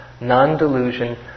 Non-delusion